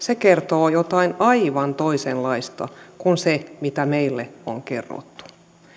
kertoo jotain aivan toisenlaista kuin se mitä meille on kerrottu